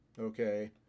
Okay